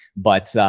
but,